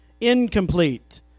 incomplete